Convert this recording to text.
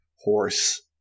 horse